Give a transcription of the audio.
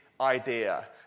idea